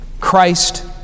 Christ